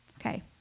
okay